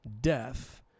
Death